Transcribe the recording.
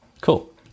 cool